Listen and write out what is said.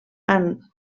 han